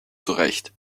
zurecht